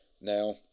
Now